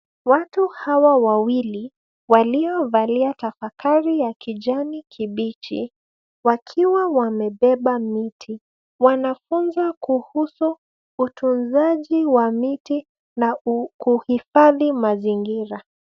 Watu hawa wawili walio valia tafakari ya kijani kibichi wakiwa wamebeba miti wanafunza kuhusu utunzaji wa miti na kuhifadhi mazingira.